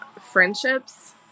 friendships